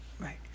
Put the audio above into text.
right